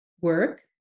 work